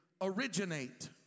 originate